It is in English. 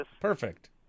Perfect